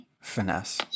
finesse